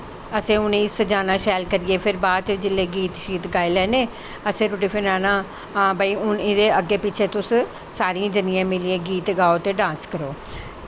असैं उ'नें गी सजाना शैल करियै फिर बाद च जिसलै गीत शीत गाई लैने फिर हां एह्दे अग्गैं पिच्छें तुस सारियां जनियां मिलियै गीत गाओ ते डांस करो